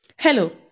Hello